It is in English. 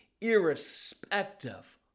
irrespective